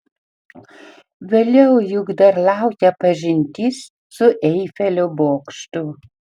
vėliau juk dar laukia pažintis su eifelio bokštu